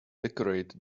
decorate